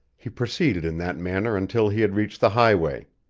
he proceeded in that manner until he had reached the highway.